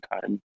time